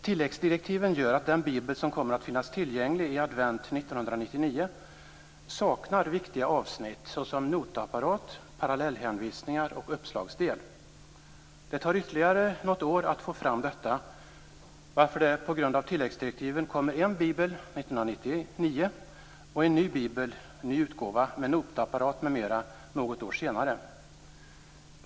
Tilläggsdirektiven gör att den bibel som kommer att finnas tillgänglig i advent 1999 saknar viktiga avsnitt såsom notapparat, parallellhänvisningar och uppslagsdel. Det tar ytterligare något år att få fram dessa, varför det på grund av tilläggsdirektiven kommer en bibel 1999 och en ny utgåva med notapparat m.m. något år senare.